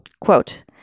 Quote